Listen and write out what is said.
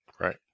Right